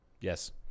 Yes